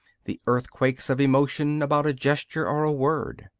the earthquakes of emotion about a gesture or a word.